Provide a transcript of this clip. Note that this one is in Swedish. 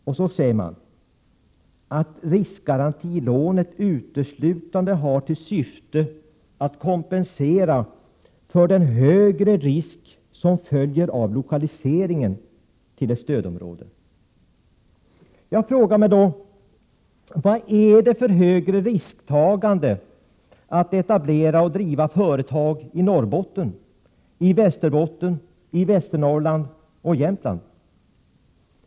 De säger att riskgarantilånet uteslutande har till syfte att kompensera för den högre risk som följer av lokaliseringen till ett stödområde. Vad är det för högre risktagande att etablera och driva företag i Norrbotten, i Västerbotten, i Västernorrland eller i Jämtland?